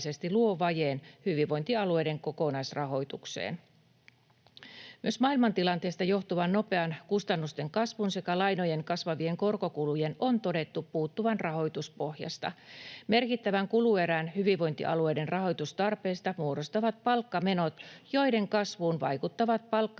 Myös maailmantilanteesta johtuvan nopean kustannusten kasvun sekä lainojen kasvavien korkokulujen on todettu puuttuvan rahoituspohjasta. Merkittävän kuluerän hyvinvointialueiden rahoitustarpeissa muodostavat palkkamenot, joiden kasvuun vaikuttavat palkkaharmonisaatio